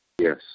Yes